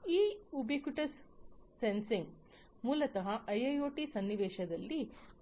ಆದ್ದರಿಂದ ಈ ubiquitous sensing ಮೂಲತಃ ಐಐಒಟಿ ಸನ್ನಿವೇಶದಲ್ಲಿ